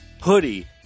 hoodie